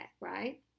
right